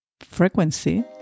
frequency